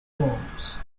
forms